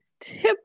tip